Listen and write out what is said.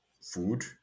food